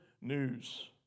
news